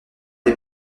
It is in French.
des